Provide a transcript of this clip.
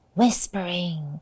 ?Whispering